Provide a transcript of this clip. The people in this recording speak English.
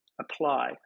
apply